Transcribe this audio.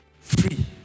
free